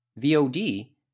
VOD